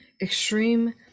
extreme